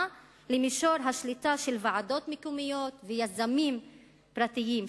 למישור השליטה של ועדות מקומיות ויזמים פרטיים,